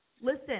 Listen